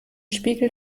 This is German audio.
spiegel